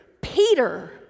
Peter